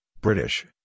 British